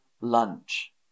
lunch